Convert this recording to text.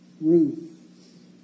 Ruth